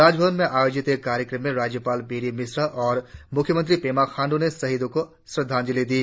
राजभवन में आयोजित एक कार्यक्रम में राज्यपाल बी डी मिश्रा और मुख्यमंत्री पेमा खांडू ने शहीदों को श्रद्धाजंलि दी